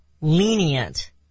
lenient